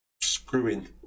screwing